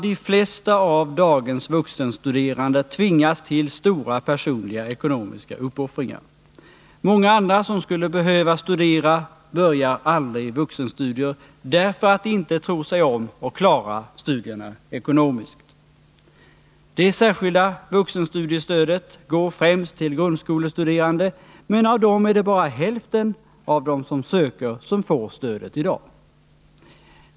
De flesta av dagens vuxenstuderande tvingas till stora personliga ekonomiska uppoffringar. Många andra som skulle behöva studera påbörjar aldrig vuxenstudier, därför att de inte tror sig klara studierna ekonomiskt. Det särskilda vuxenstudiestödet går främst till grundskolestuderande, men bland dem är det bara hälften av de sökande som i dag får stödet.